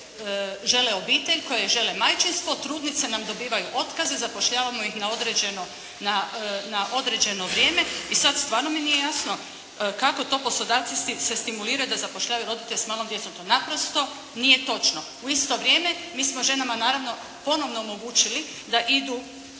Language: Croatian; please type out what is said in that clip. žele obitelj, koje žele majčinstvo, trudnice nam dobivaju otkaze, zapošljavamo ih na određeno vrijeme, i sad stvarno mi nije jasno, kako to poslodavci se stimuliraju da zapošljavaju roditelje s malom djecom. To naprosto nije točno. U isto vrijeme mi smo ženama, naravno, ponovno omogućili da idu